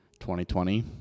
2020